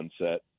sunset